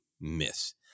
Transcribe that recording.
miss